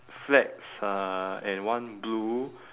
flags uh and one blue